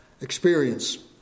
experience